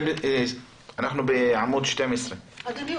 אנחנו בעמוד 12. אדוני,